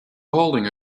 holding